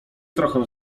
trochę